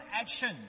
action